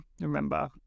remember